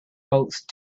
ghost